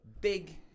big